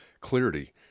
clarity